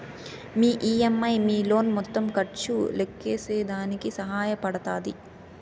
మీ EMI మీ loan మొత్తం ఖర్చు లెక్కేసేదానికి సహాయ పడతాది